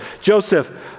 Joseph